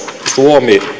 suomi